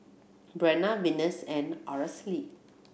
Breanna Venus and Aracely